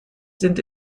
sind